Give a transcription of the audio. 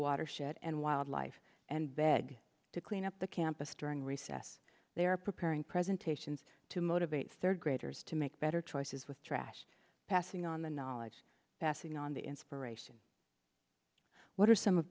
watershed and wildlife and begged to clean up the campus during recess they are preparing presentations to motivate third graders to make better choices with trash passing on the knowledge passing on the inspiration what are some of